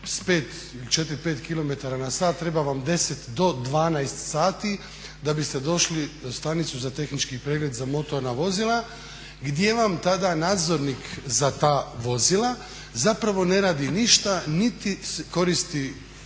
S 4-5 km/h treba vam 10 do 12 sati da biste došli u stanicu za tehnički pregled za motorna vozila gdje vam tada nadzornik za ta vozila zapravo ne radi ništa niti koristi